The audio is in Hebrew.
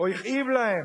או הכאיב להם,